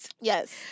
Yes